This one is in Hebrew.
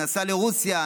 נסע לרוסיה,